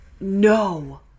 No